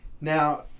Now